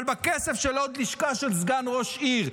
אבל בכסף של עוד לשכה של סגן ראש עיר,